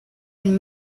and